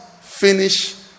finish